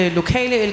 lokale